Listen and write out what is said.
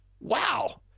Wow